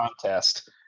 contest